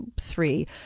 three